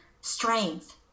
strength